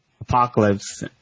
apocalypse